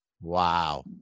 Wow